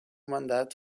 mandat